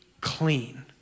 clean